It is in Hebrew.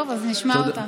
טוב, אז נשמע אותה.